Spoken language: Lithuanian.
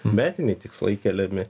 metiniai tikslai keliami